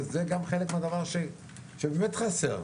וזה חלק מן הדבר שבאמת חסר.